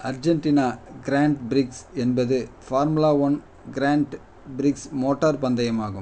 Argentina grand prix என்பது formula one grand prix motor பந்தயமாகும்